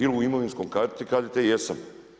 Ili u imovinskoj kartici kažete jesam.